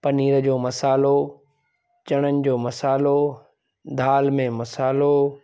पनीर जो मसालो चणनि जो मसालो दाल में मसालो